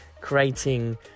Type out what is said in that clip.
creating